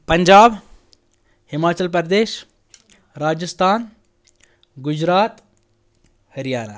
Punjab Himachal Pradesh Rajasthan Gujarat Haryana